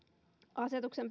asetuksen